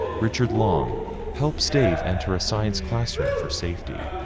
richard long helped stave enter a science classroom for safety.